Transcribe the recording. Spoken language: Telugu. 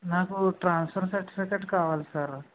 నాకు ట్రాన్స్ఫర్ సర్టిఫికేట్ కావాలి సారు